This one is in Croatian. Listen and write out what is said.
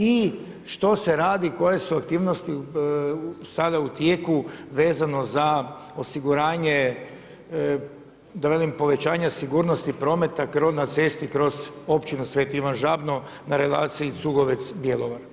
I što se radi, koje su aktivnosti sada u tijeku vezano za osiguranje da velim povećanja sigurnosti prometa na cesti kroz općinu Sveti Ivan Žabno na relaciji Cugovec-Bjelovar?